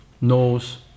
Knows